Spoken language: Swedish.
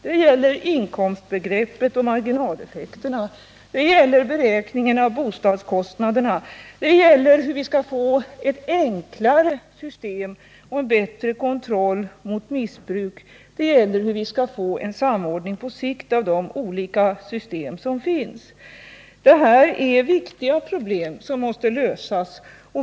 Det gäller inkomstbegreppet, marginaleffekterna, beräkningen av bostadskostnaderna, hur vi skall få ett enklare system och bättre kontroll mot missbruk, hur vi skall få en samordning på sikt av de olika system som finns. Detta är viktiga problem som måste lösas.